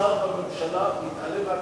שר בממשלה מתעלם מהכנסת.